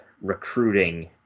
recruiting